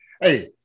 hey